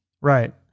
Right